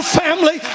family